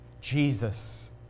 Jesus